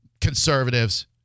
conservatives